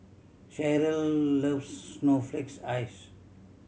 Cheryl loves snowflake ice